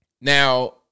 Now